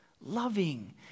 loving